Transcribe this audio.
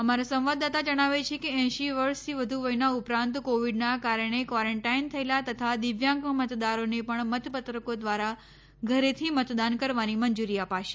અમારા સંવાદદાતા જણાવે છેકે એંશી વર્ષથી વધુ વયનાં ઉપરાંત કોવિડનાં કારણે ક્વારાન્ટાઈન થયેલાં તથા દિવ્યાંગ મતદારોને પણ મતપત્રકો દ્વારા ઘરેથી મતદાન કરવાની મંજૂરી અપાશે